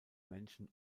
menschen